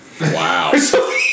Wow